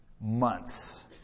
months